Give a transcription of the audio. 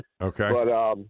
Okay